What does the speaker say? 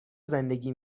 زندگی